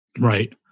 Right